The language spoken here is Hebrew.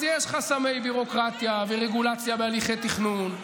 אז יש חסמי ביורוקרטיה ורגולציה והליכי תכנון,